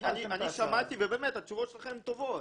אני שמעתי ובאמת התשובות שלכם טובות,